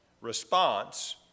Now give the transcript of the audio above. response